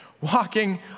walking